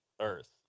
earth